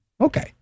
Okay